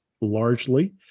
largely